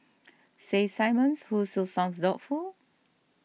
says Simmons who still sounds doubtful